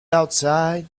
outside